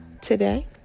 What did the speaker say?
today